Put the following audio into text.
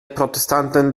protestanten